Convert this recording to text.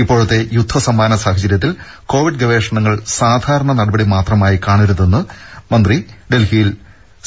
ഇപ്പോഴത്തെ യുദ്ധസമാന സാഹചര്യത്തിൽ കോവിഡ് ഗവേഷണങ്ങൾ സാധാരണ നടപടി മാത്രമായി കാണരുതെന്ന് ആരോഗ്യമന്ത്രി ഡൽഹിയിൽ സി